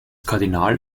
kardinal